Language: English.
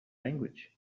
language